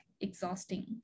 exhausting